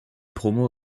promo